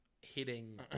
hitting